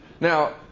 now